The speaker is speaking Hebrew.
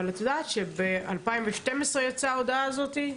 את יודעת שב-2012 יצאה ההודעה הזאת?